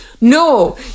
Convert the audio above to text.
No